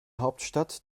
hauptstadt